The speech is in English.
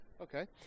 okay